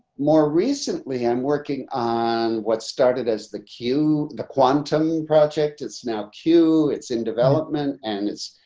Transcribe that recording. more recently, i'm working on what started as the cue the quantum project. it's now q. it's in development. and it's,